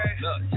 Look